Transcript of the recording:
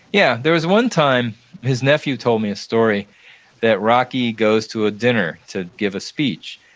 yeah. there was one time his nephew told me a story that rocky goes to a dinner to give a speech,